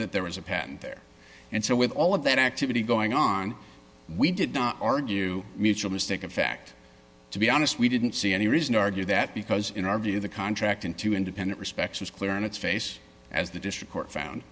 that there was a patent there and so with all of that activity going on we did not argue mutualistic a fact to be honest we didn't see any reason to argue that because in our view the contract in two independent respects was clear on its face as the district court found